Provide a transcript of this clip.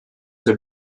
für